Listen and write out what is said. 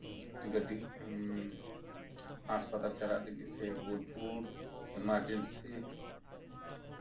ᱜᱟᱹᱰᱤ ᱦᱟᱥᱯᱟᱛᱟᱞ ᱪᱟᱞᱟᱜ ᱞᱟᱹᱜᱤᱫ ᱥᱮ ᱵᱳᱞᱯᱩᱨ ᱮᱢᱟᱨᱡᱮᱱᱥᱤ